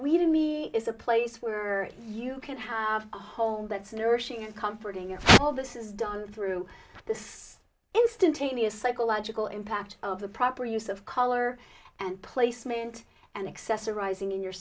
weave in me is a place for you can have a home that's nourishing and comforting and all this is done through this instantaneous psychological impact of the proper use of color and placement and accessorising in your